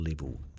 level